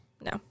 No